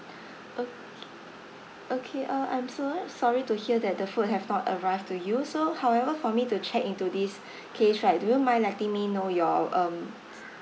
okay okay uh I'm so sorry to hear that the food have not arrived to you so however for me to check into this case right do you mind letting me know your um